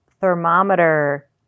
thermometer